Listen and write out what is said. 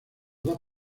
dos